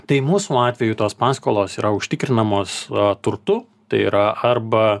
tai mūsų atveju tos paskolos yra užtikrinamos turtu tai yra arba